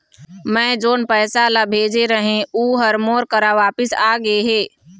मै जोन पैसा ला भेजे रहें, ऊ हर मोर करा वापिस आ गे हे